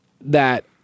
That-